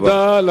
תודה.